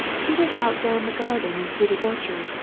he went out down the garden and through the orchard,